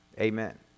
Amen